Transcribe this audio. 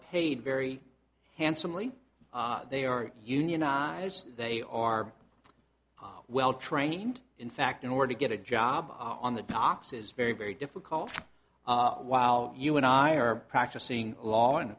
paid very handsomely they are unionized they are well trained in fact in order to get a job on the docks is very very difficult while you and i are practicing law in a